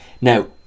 Now